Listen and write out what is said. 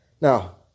Now